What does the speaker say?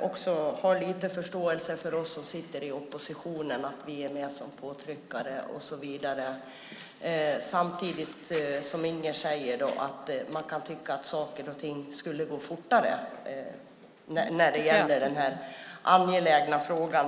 också har lite förståelse för oss som sitter i oppositionen, att vi är med som påtryckare och så vidare. Samtidigt säger hon att man kan tycka att saker och ting skulle gå fortare när det gäller den här angelägna frågan.